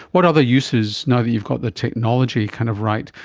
what other uses, now that you've got the technology kind of right,